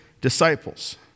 disciples